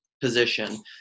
position